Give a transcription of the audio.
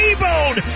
T-Bone